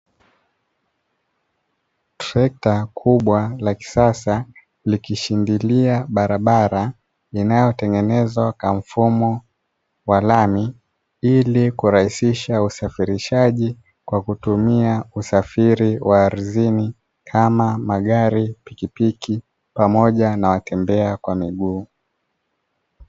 Trekta kubwa la kisasa likishindilia barabara inayotengenezwa kwa mfumo wa lami, ili kurahisisha usafirishaji kwa kutumia usafiri wa ardhini kama magari, pikipiki pamoja na watembea kwa miguu.